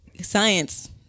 science